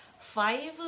five